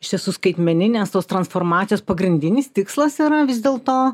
iš tiesų skaitmeninės tos transformacijos pagrindinis tikslas yra vis dėlto